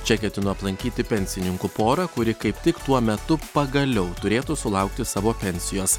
čia ketinu aplankyti pensininkų porą kuri kaip tik tuo metu pagaliau turėtų sulaukti savo pensijos